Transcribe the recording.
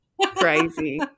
crazy